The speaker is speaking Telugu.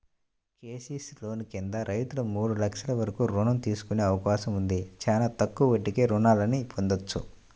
కేసీసీ లోన్ కింద రైతులు మూడు లక్షల వరకు రుణం తీసుకునే అవకాశం ఉంది, చానా తక్కువ వడ్డీకే రుణాల్ని పొందొచ్చు